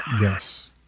Yes